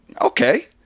okay